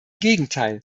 gegenteil